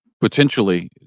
potentially